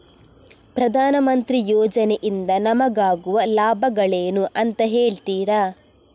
ಪ್ರಧಾನಮಂತ್ರಿ ಯೋಜನೆ ಇಂದ ನಮಗಾಗುವ ಲಾಭಗಳೇನು ಅಂತ ಹೇಳ್ತೀರಾ?